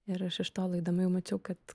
ir aš iš tolo eidama jau mačiau kad